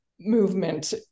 movement